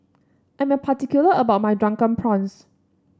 I'm a particular about my Drunken Prawns